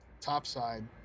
topside